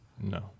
No